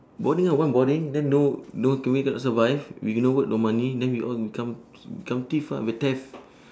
boring ah want boring then no no can we not survive we no work no money then we all become become thief ah b~ theft